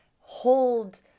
hold